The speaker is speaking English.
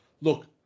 look